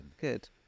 Good